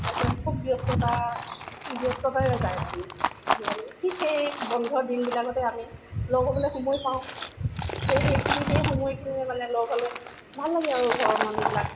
তাৰ পাছত খুব ব্যস্ততা ব্যস্ততাৰে যায় মানে আজিকালি ঠিক সেই বন্ধ দিনবিলাকতে আমি লগ হ'বলে সময় পাওঁ সেই সেইখিনি সেই সময়খিনিয়ে মানে লগ হ'লে ভাল লাগে আৰু ঘৰৰ মানুহবিলাক